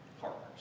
partners